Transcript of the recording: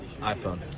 iphone